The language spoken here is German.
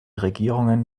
regierungen